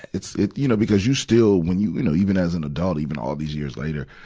it's, it, you know, because you still, when you, you know, even as an adult, even all these years later,